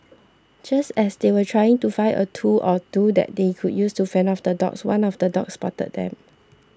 just as they were trying to find a tool or two that they could use to fend off the dogs one of the dogs spotted them